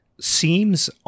seems